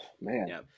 Man